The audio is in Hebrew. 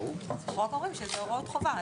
אנחנו רק אומרים שזה הוראות חובה.